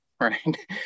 right